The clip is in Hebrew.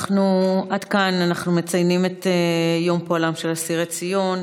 עד כאן אנחנו מציינים את יום פועלם של אסירי ציון.